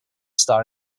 star